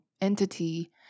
entity